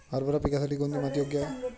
हरभरा पिकासाठी कोणती माती योग्य आहे?